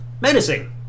Menacing